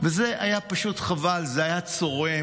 וזה היה פשוט חבל, זה היה צורם,